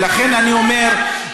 ולכן אני אומר,